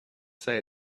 say